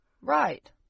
Right